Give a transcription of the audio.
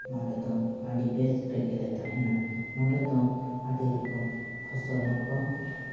ᱱᱚᱸᱰᱮ ᱫᱚ ᱟᱹᱰᱤ ᱵᱮᱥ ᱨᱮᱜᱮᱞᱮ ᱛᱟᱦᱮᱱᱟ ᱱᱚᱸᱰᱮ ᱫᱚ ᱟᱹᱰᱤ ᱨᱚᱠᱚᱢ ᱯᱷᱚᱥᱚᱞ ᱦᱚᱸᱠᱚ